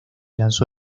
lanzó